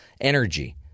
energy